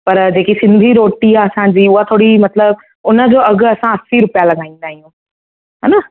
पर जेकी सिंधी रोटी आहे असांजी उहा थोरी मतिलबु उन जो अघु असां असी रुपया लगाईंदा आहियूं हा न